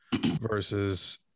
versus